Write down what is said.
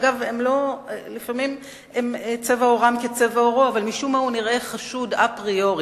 שאגב לפעמים צבע עורם כצבע עורו אבל משום מה הוא נראה חשוד אפריורי